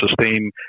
sustain